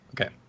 Okay